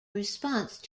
response